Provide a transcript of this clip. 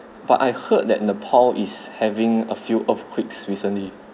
but I heard that nepal is having a few earthquakes recently